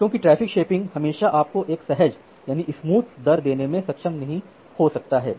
क्योंकि traffic shaping हमेशा आपको एक सहज दर देने में सक्षम नहीं हो सकता है